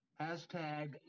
Hashtag